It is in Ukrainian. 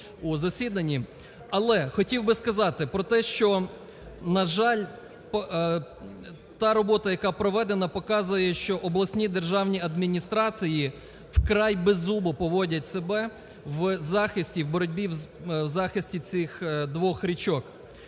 Але хотів би сказати про те, що, на жаль, та робота, яка проведена, показує, що обласні державні адміністрації вкрай беззубо поводять себе в захисті… в боротьбі… в захисті цих двох річок.